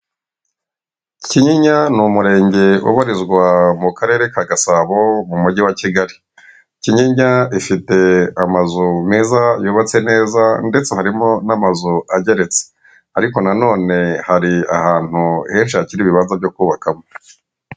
Kinyinya ni Umurenge ubarizwa mu Karere ka Gasabo mu Mujyi wa Kigali. Kinyinya ifite amazu meza yubatse neza ndetse harimo n'amazu ageretse ariko na none hari ahantu henshi hakiri ibibanza byo kubakamo.